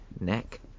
Neck